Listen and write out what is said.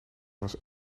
was